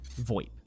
VoIP